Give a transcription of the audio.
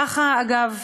ככה, אגב,